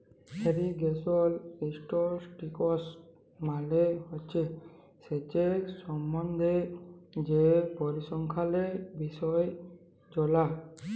irrigation statistics মালে হছে সেঁচের সম্বল্ধে যে পরিসংখ্যালের বিষয় জালা